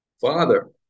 father